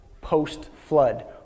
post-flood